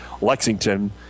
Lexington